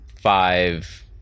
five